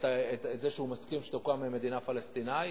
שהוא מסכים שתוקם מדינה פלסטינית.